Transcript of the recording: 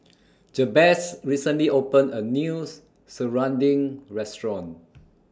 Jabez recently opened A News Serunding Restaurant